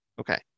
Okay